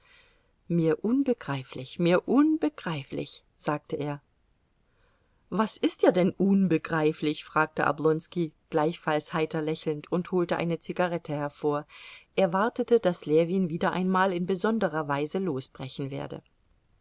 mir unbegreiflich mir unbegreiflich sagte er was ist dir denn unbegreiflich fragte oblonski gleichfalls heiter lächelnd und holte eine zigarette hervor er erwartete daß ljewin wieder einmal in besonderer weise losbrechen werde